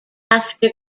after